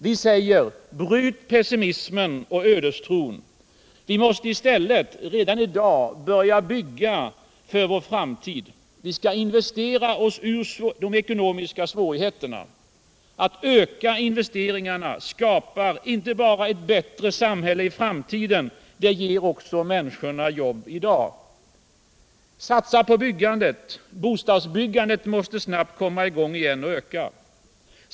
Vi säger: Bryt pessimismen och ödestron! Vi måste i stället redan i dag börja bygga för vår framtid. Vi skall investera oss ur de ekonomiska svårigheterna. Att öka investeringarna skapar inte bara ett bättre samhälle i framtiden, det ger också människorna jobb i dag. Satsa på byggandet! Bostadsbyggandet måste snabbt komma i gång igen och öka.